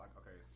okay